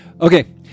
Okay